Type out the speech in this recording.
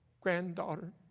granddaughter